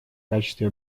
качестве